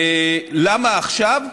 למה עכשיו?